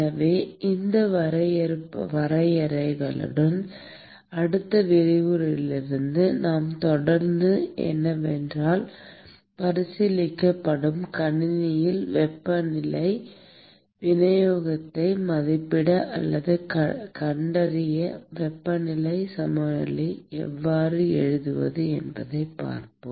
எனவே இந்த வரையறைகளுடன் அடுத்த விரிவுரையிலிருந்து நாம் தொடங்குவது என்னவென்றால் பரிசீலிக்கப்படும் கணினியில் வெப்பநிலை விநியோகத்தை மதிப்பிட அல்லது கண்டறிய வெப்ப சமநிலையை எவ்வாறு எழுதுவது என்பதைப் பார்ப்போம்